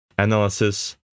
analysis